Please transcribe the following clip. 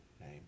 name